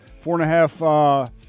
four-and-a-half